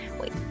Wait